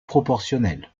proportionnel